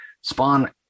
Spawn